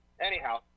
anyhow